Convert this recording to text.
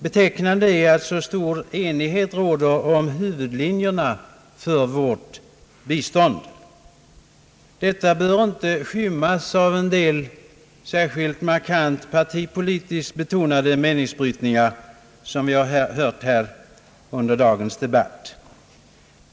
Betecknande är att så stor enighet råder om huvudlinjerna för vårt bistånd. Detta bör inte skymmas av en del markant partipolitiskt betonade meningsbrytningar, som vi har hört här under dagens debatt.